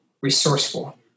resourceful